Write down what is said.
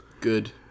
Good